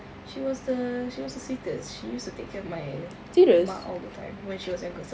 she was she was the seekers she used to take care of my theatres all the time when she was